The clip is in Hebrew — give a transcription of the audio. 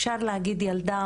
אפשר להגיד ילדה,